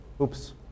oops